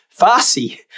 Farsi